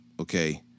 okay